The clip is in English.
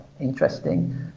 Interesting